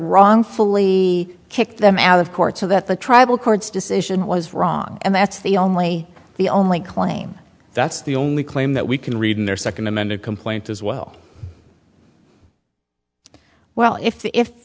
wrongfully kicked them out of court so that the tribal court's decision was wrong and that's the only the only claim that's the only claim that we can read in their second amended complaint as well well if